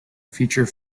feature